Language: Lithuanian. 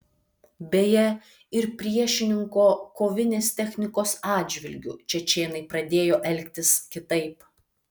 beje ir priešininko kovinės technikos atžvilgiu čečėnai pradėjo elgtis kitaip